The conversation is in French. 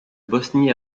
bosnie